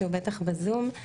שהוא בטח בזום,